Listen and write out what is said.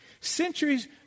Centuries